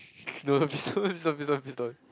no no don't please don't please don't please don't